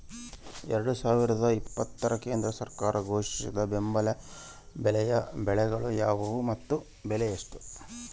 ಎರಡು ಸಾವಿರದ ಇಪ್ಪತ್ತರ ಕೇಂದ್ರ ಸರ್ಕಾರ ಘೋಷಿಸಿದ ಬೆಂಬಲ ಬೆಲೆಯ ಬೆಳೆಗಳು ಯಾವುವು ಮತ್ತು ಬೆಲೆ ಎಷ್ಟು?